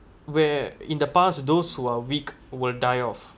where in the past those who are weak will die off